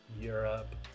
europe